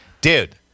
Dude